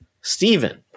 Stephen